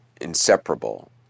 inseparable